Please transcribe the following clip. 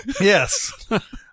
yes